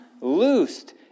loosed